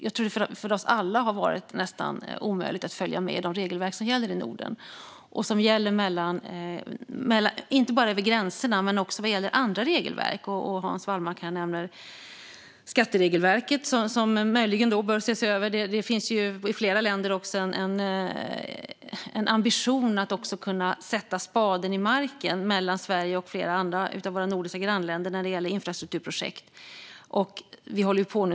Jag tror att det för oss alla har varit nästan omöjligt att följa med i de regelverk som gäller i Norden, inte bara de som gäller gränserna utan också andra regelverk. Hans Wallmark nämnde skatteregelverket, som möjligen bör ses över. I flera länder finns en ambition att kunna sätta spaden i marken mellan Sverige och flera av våra nordiska grannländer när det gäller infrastrukturprojekt.